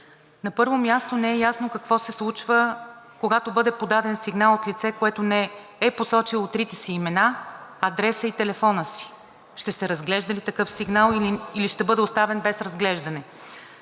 На първо място, не е ясно какво се случва, когато бъде подаден сигнал от лице, което не е посочило трите си имена, адреса и телефона си. Ще се разглежда ли такъв сигнал, или ще бъде оставен без разглеждане?